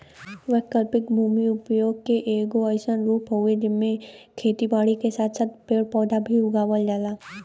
वैकल्पिक भूमि उपयोग के एगो अइसन रूप हउवे जेमे खेती के साथ साथ पेड़ पौधा भी उगावल जाला